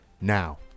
Now